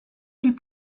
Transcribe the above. plus